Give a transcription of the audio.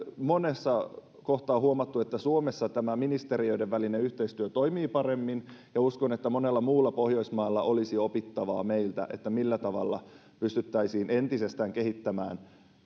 monessa kohtaa huomattu että suomessa ministeriöiden välinen yhteistyö toimii paremmin ja uskon että monella muulla pohjoismaalla olisi opittavaa meiltä siinä millä tavalla pystyttäisiin entisestään kehittämään